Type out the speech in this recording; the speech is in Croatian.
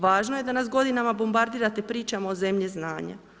Važno je da nas godinama bombardirate pričama o zemlji znanja.